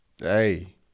Hey